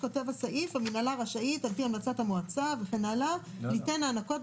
"המנהלה רשאית על פי המלצת המועצה...ליתן הענקות,